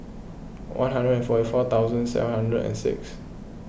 one hundred and forty four thousand seven hundred and six